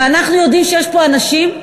ואנחנו יודעים שיש פה אנשים,